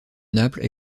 naples